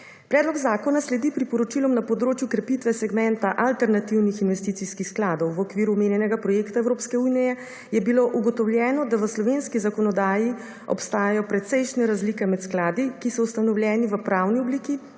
Predlog zakona sledi priporočilom na področju krepitve segmenta alternativnih investicijskih skladov v okviru omenjenega projekta Evropske unije je bilo ugotovljeno, da v slovenski zakonodaji obstajajo precejšnje razlike med skladi, ki so ustanovljeni v pravni obliki